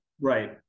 Right